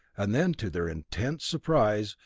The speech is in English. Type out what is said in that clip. and then, to their intense surprise,